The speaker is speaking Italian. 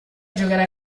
giocare